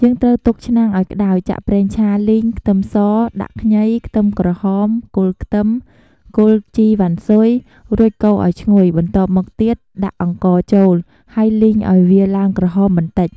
យើងត្រូវទុកឆ្នាំងឱ្យក្ដៅ ចាក់ប្រេងឆា លីង ខ្ទឹមស ដាក់ ខ្ញី ខ្ទឹមក្រហម គល់ខ្ទឹម គល់ជីវ៉ាន់ស៊ុយ រួចកូរឱ្យឈ្ងុយ បន្ទាប់មកទៀតដាក់អង្ករចូល ហើយលីងឱ្យវាឡើងក្រហមបន្តិច។